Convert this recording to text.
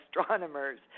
astronomers